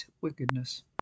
wickedness